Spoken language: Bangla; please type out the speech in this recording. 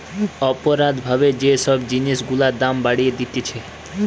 অপরাধ ভাবে যে সব জিনিস গুলার দাম বাড়িয়ে দিতেছে